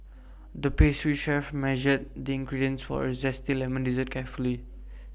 the pastry chef measured the ingredients for A Zesty Lemon Dessert carefully